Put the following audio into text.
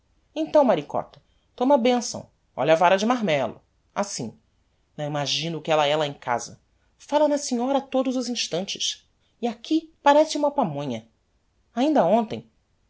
então maricota toma a benção olha a vara de marmelo assim não imagina o que ella é lá em casa falla na senhora a todos os instantes e aqui parece uma pamonha ainda hontem